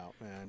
man